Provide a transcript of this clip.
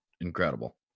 incredible